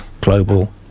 global